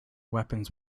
weapons